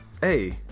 Hey